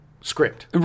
script